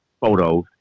photos